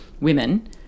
women